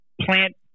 plant